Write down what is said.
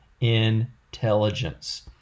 intelligence